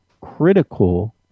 critical